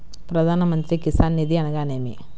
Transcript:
ప్రధాన మంత్రి కిసాన్ నిధి అనగా నేమి?